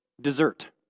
dessert